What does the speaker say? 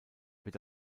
wird